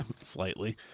Slightly